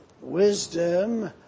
wisdom